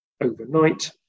overnight